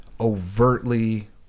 overtly